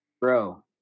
bro